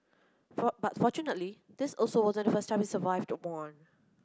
but fortunately this also wasn't the first time he survived one